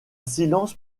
silence